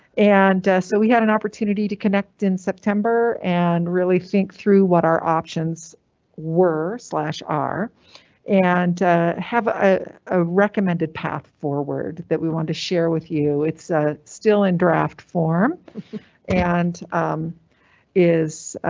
and so we had an opportunity to connect in september and really think through what our options were are and have. ah ah recommended path forward that we want to share with you. it's ah still in draft form and is.